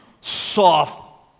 soft